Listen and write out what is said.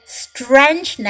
strange